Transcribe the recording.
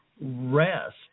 rest